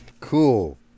cool